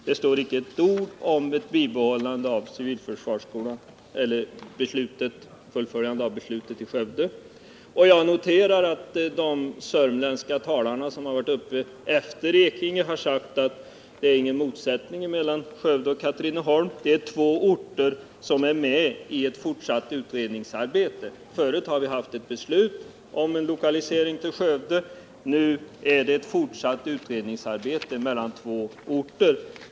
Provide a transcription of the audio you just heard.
Man nämner icke med ett enda ord att beslutet när det gäller Skövde skall fullföljas. Jag noterar att de sörmländska talare som varit uppe i talarstolen efter Bernt Ekinge har sagt att det inte finns några motsättningar mellan Skövde och Katrineholm utan att det rör sig om två orter som är föremål för ett fortsatt utredningsarbete. Man har tidigare fattat ett beslut om lokalisering av civilförsvarsskolan till Skövde, men nu fortsätter man att utreda frågan, och striden om civilförsvarsskolan står mellan två orter.